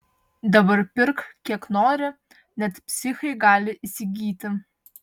dabar pirk kiek nori net psichai gali įsigyti